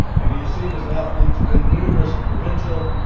and he has seen his athletes win numerous provincial,